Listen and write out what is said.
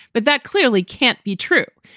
but that clearly can't be true.